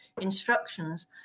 instructions